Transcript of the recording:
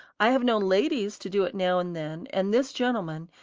i have known ladies to do it now and then, and this gentleman,